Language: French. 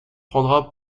prendra